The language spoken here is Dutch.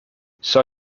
zou